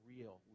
real